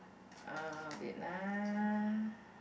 uh wait lah